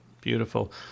Beautiful